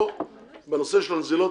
פה נגענו בנושא של הנזילות,